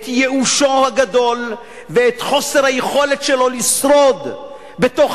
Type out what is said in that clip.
את ייאושו הגדול ואת חוסר היכולת שלו לשרוד בתוך